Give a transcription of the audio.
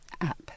app